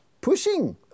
pushing